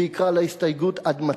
ויקרא להסתייגות "עד מתי".